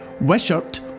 Wishart